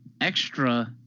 extra